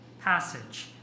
passage